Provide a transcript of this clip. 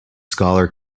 scholar